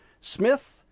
Smith